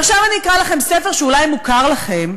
ועכשיו אני אקרא לכם ספר שאולי הוא מוכר לכם,